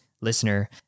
listener